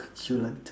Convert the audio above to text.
~culent